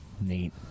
Neat